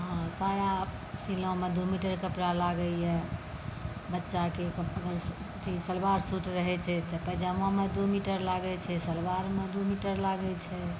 साया सिबैमे दू मीटर कपड़ा लागैए बच्चाकेँ सलवार सुट रहै छै तऽ पैजामामे दू मिटर लागै छै सलवारमे दू मिटर लागै छै